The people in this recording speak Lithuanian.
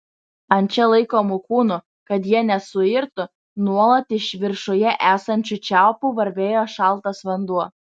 ant čia laikomų kūnų kad jie nesuirtų nuolat iš viršuje esančių čiaupų varvėjo šaltas vanduo